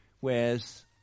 Whereas